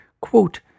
quote